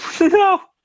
no